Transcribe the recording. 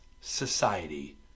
society